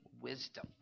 wisdom